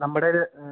നമ്മുടെ കയ്യില്